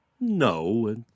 No